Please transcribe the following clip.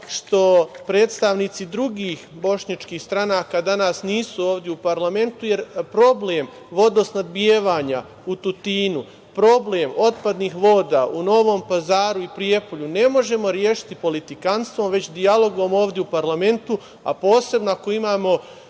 što predstavnici drugih bošnjačkih stranaka danas nisu ovde u parlamentu, jer problem vodosnabdevanja u Tutinu, problem otpadnih voda u Novom Pazaru i Prijepolju ne možemo rešiti politikanstvom, već dijalogom ovde u parlamentu, a posebno ako imamo